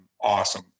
awesome